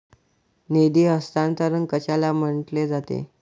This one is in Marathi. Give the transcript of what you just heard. निधी हस्तांतरण कशाला म्हटले जाते?